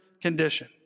condition